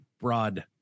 broad